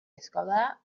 escolar